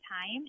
time